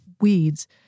weeds